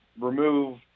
remove